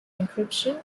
encryption